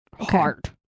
hard